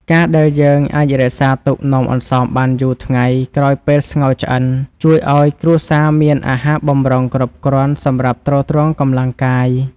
ការដែលយើងអាចរក្សាទុកនំអន្សមបានយូរថ្ងៃក្រោយពេលស្ងោរឆ្អិនជួយឱ្យគ្រួសារមានអាហារបម្រុងគ្រប់គ្រាន់សម្រាប់ទ្រទ្រង់កម្លាំងកាយ។